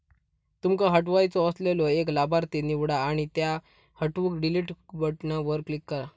तुमका हटवायचो असलेलो एक लाभार्थी निवडा आणि त्यो हटवूक डिलीट बटणावर क्लिक करा